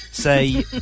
say